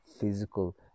physical